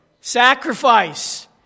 Sacrifice